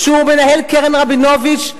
שהוא מנהל קרן רבינוביץ,